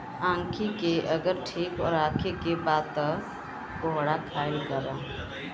आंखी के अगर ठीक राखे के बा तअ कोहड़ा खाइल करअ